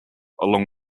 along